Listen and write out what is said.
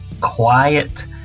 quiet